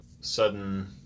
sudden